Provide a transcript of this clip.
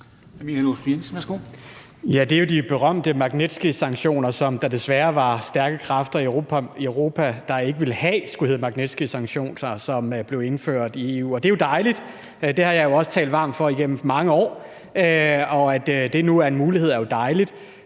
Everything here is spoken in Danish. Det er jo de berømte Magnitskysanktioner, som der desværre var stærke kræfter i Europa der ikke ville have skulle hedde Magnitskysanktioner, og som blev indført i EU, og det er jo dejligt. Det har jeg også talt varmt for igennem mange år, og at det nu er en mulighed,